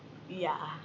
yeah